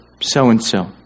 so-and-so